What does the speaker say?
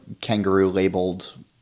kangaroo-labeled